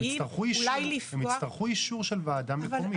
אבל הם הצטרכו אישור של ועדה מקומית.